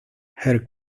her